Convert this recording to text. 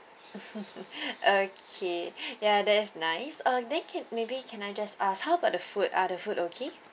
okay ya that is nice uh then can maybe can I just ask how about the food are the food okay